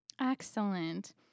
Excellent